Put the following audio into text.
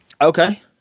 Okay